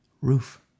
Roof